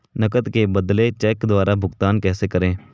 नकद के बदले चेक द्वारा भुगतान कैसे करें?